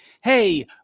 Hey